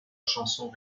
chanson